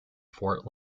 fort